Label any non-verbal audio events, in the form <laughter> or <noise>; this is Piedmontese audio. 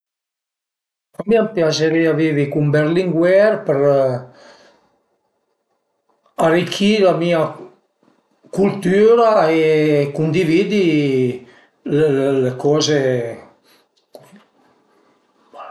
A mi piazerìa vivi cun Berlinguer për arichì la mia cultüra e cundividi lë lë le coze <hesitation>